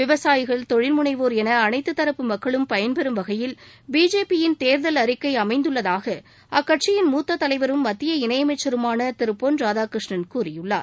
விவசாயிகள் தொழில்முனைவோர் எனஅனைத்துதரப்பு மக்களும் பயன்பெறும் வகையில் பிஜேபி யின் தேர்தல் அறிக்கைஅமைந்துள்ளதாகஅக்கட்சியின் மூத்ததலைவரும் மத்திய இணையமைச்சருமான திருபொன் ராதாகிருஷ்ணன் கூறியுள்ளார்